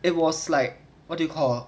it was like what do you call